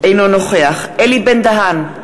אינו נוכח אלי בן-דהן,